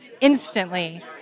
instantly